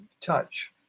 touch